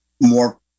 more